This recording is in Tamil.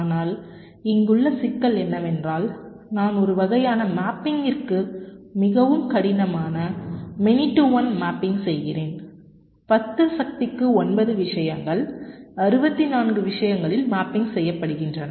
ஆனால் இங்குள்ள சிக்கல் என்னவென்றால் நான் ஒரு வகையான மேப்பிங்கிற்கு மிகவும் கடினமான மெனி டு ஒன் மேப்பிங் செய்கிறேன் 10 சக்திக்கு 9 விஷயங்கள் 64 விஷயங்களில் மேப்பிங் செய்யப்படுகின்றன